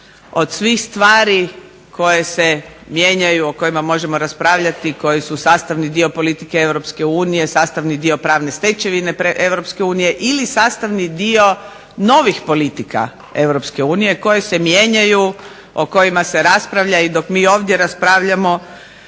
od svih stvari koje se mijenjaju, o kojima možemo raspravljati, koji su sastavni dio politike Europske unije, sastavni dio pravne stečevine Europske unije ili sastavni dio novih politika Europske unije koje se mijenjaju, o kojima se raspravlja i dok mi ovdje raspravljamo